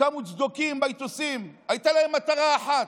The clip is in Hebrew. קמו צדוקים, בייתוסים, הייתה להם מטרה אחת.